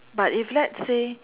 but if let's say